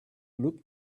look